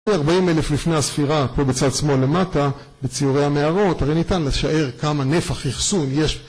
40,000 לפני הספירה פה בצד שמאל למטה, בציורי המערות, הרי ניתן לשער כמה נפח אחסון יש